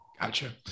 Gotcha